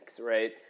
right